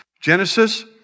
Genesis